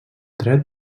dret